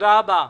תודה רבה.